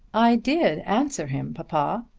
i did answer him, papa.